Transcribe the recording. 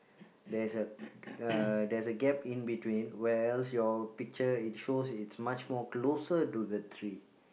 there's a uh there's a gap in between where else your picture it shows it's much more closer to the tree